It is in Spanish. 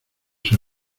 ser